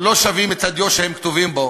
לא שווים את הדיו שהם כתובים בה,